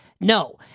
No